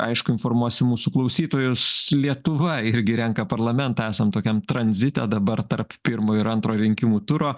aišku informuosim mūsų klausytojus lietuva irgi renka parlamentą esam tokiam tranzite dabar tarp pirmo ir antro rinkimų turo